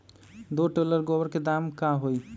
दो टेलर गोबर के दाम का होई?